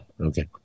Okay